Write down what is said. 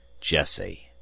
jesse